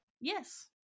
Yes